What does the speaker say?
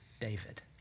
David